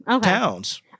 towns